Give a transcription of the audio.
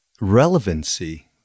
relevancy